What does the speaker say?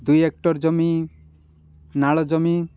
ଦୁଇ ହେକ୍ଟର୍ ଜମି ନାଳ ଜମି